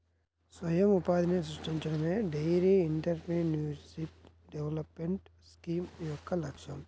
స్వయం ఉపాధిని సృష్టించడమే డెయిరీ ఎంటర్ప్రెన్యూర్షిప్ డెవలప్మెంట్ స్కీమ్ యొక్క లక్ష్యం